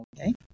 okay